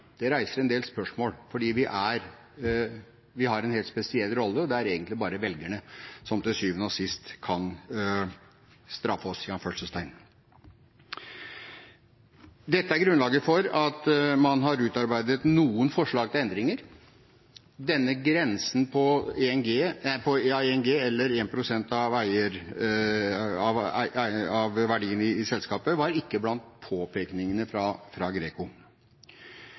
Det reiser en del spørsmål, for vi har en helt spesiell rolle, og det er egentlig bare velgerne som til syvende og sist kan «straffe oss». Dette er grunnlaget for at man har utarbeidet noen forslag til endringer. Denne grensen på 1 G, eller 1 pst. av verdien i selskapet, var ikke blant påpekningene fra GRECO.